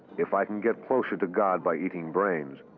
if i can get closer to god by eating brains,